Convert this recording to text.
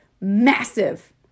massive